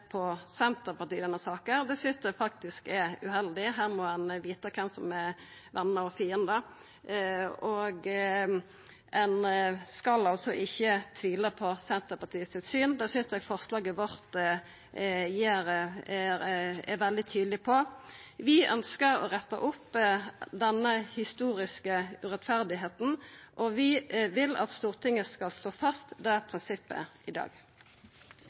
på Senterpartiet i denne saka, synest eg faktisk er uheldig. Her må ein vita kven som er vener og fiendar. Ein skal altså ikkje tvila på Senterpartiet sitt syn; det synest eg forslaget vårt er veldig tydeleg på. Vi ønskjer å retta opp denne historiske urettferda, og vi vil at Stortinget skal slå fast det prinsippet i dag.